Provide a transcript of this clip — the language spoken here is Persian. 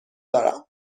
دارم